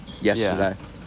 Yesterday